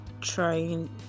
trying